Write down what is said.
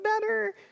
better